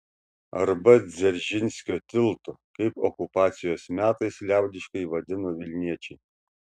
arba dzeržinskio tiltu kaip okupacijos metais liaudiškai vadino vilniečiai